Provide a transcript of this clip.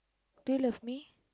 do you love me